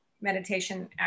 meditation